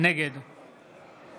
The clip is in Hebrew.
נגד